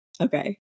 okay